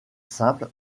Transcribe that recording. simple